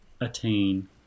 attain